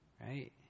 Right